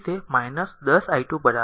તેથી 10 i2 0